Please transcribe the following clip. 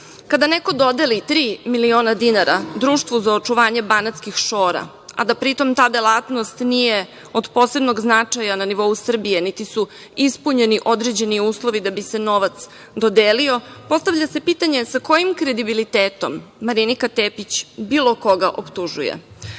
neko dodeli tri miliona dinara Društvu za očuvanje banatskih šora, a pri tome ta delatnost nije od posebnog značaja na nivou Srbije, niti su ispunjeni određeni uslovi da bi se novac dodelio, postavlja se pitanje - sa kojim kredibilitetom Marinika Tepić bilo koga optužuje? Dakle,